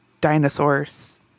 dinosaurs